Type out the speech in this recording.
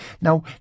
Now